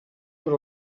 per